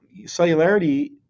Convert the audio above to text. cellularity